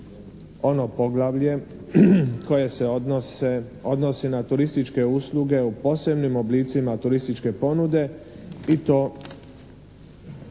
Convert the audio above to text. ono poglavlje koje se odnosi na turističke usluge u posebnim oblicima turističke ponude i to